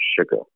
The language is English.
sugar